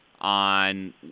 on